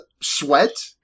sweat